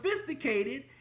sophisticated